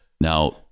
Now